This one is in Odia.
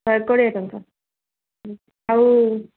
ଶହେ କୋଡ଼ିଏ ଟଙ୍କା ଆଉ